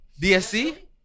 DSC